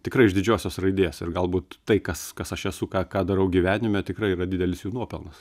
tikrai iš didžiosios raidės ir galbūt tai kas kas aš esu ką ką darau gyvenime tikrai yra didelis jų nuopelnas